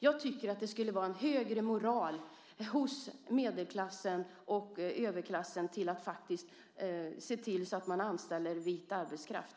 Jag tycker att det skulle vara en högre moral hos medelklassen och överklassen för att se till att man anställer vit arbetskraft.